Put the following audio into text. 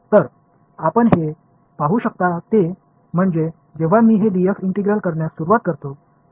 तर आपण जे पाहू शकता ते म्हणजे जेव्हा मी हे d f इंटिग्रेट करण्यास सुरूवात करतो